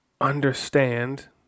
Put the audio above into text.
understand